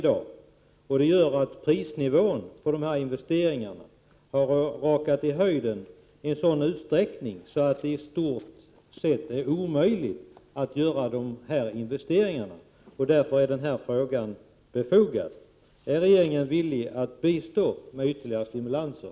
Detta gör att prisnivån på dessa investeringar har rakat i höjden i en sådan utsträckning att det i stort sett är omöjligt att göra dessa investeringar. Därför är denna fråga befogad. Är regeringen villig att bistå med ytterligare stimulanser?